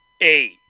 Eight